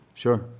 Sure